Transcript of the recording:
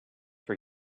for